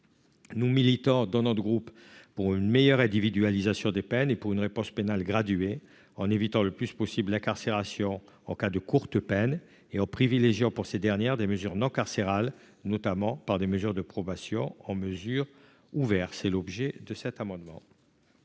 nous parlions. Notre groupe milite pour une meilleure individualisation des peines et pour une réponse pénale graduée, en évitant le plus possible l'incarcération en cas de courtes peines et en privilégiant pour ces dernières des mesures non carcérales, notamment par des mesures de probation en milieu ouvert. Quel est l'avis de la commission